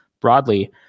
Broadly